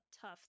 tough